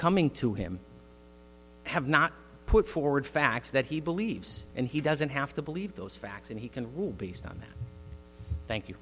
coming to him have not put forward facts that he believes and he doesn't have to believe those facts and he can rule based on thank you